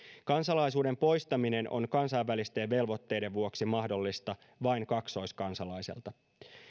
kansalaisuuden poistaminen on kansainvälisten velvoitteiden vuoksi mahdollista vain kaksoiskansalaiselta